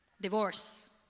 Divorce